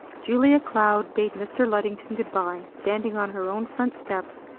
julia cloud bade mr. luddington good-by, standing on her own front steps,